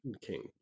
King